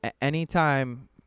anytime